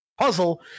puzzle